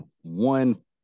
one